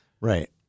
Right